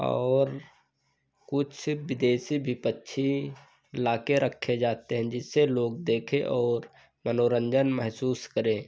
और कुछ विदेशी भी पक्षी लाकर रखे जाते हैं जिससे लोग देखें और मनोरन्जन महसूस करें